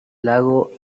lago